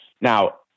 now